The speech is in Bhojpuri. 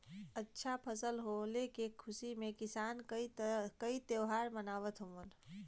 अच्छा फसल होले के खुशी में किसान कई त्यौहार मनावत हउवन